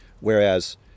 Whereas